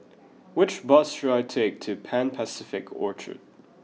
which bus should I take to Pan Pacific Orchard